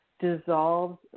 dissolves